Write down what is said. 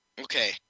Okay